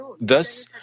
Thus